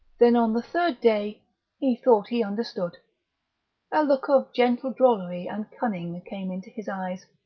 then on the third day he thought he understood. a look of gentle drollery and cunning came into his eyes,